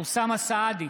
אוסאמה סעדי,